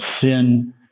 sin